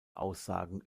aussagen